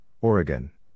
Oregon